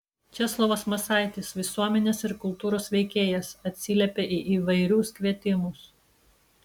česlovas masaitis visuomenės ir kultūros veikėjas atsiliepia į įvairius kvietimus